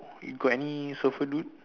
you got any surfer dude